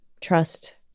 trust